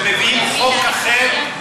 ומביאים חוק אחר,